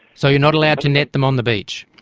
so you're not allowed to net them on the beach?